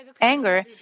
anger